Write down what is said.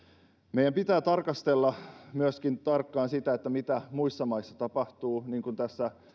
meidän pitää tarkastella tarkkaan myöskin sitä mitä muissa maissa tapahtuu niin kuin tässä